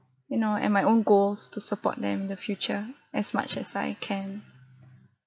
you know and my own goals to support them in the future as much as I can